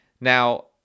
Now